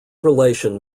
relation